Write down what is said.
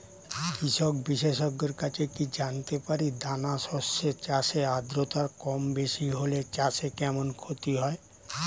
কৃষক বিশেষজ্ঞের কাছে কি জানতে পারি দানা শস্য চাষে আদ্রতা কমবেশি হলে চাষে কেমন ক্ষতি হয়?